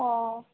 অঁ